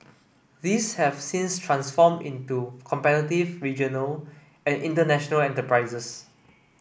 these have since transformed into competitive regional and international enterprises